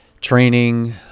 training